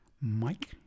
Mike